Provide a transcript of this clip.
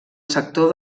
sector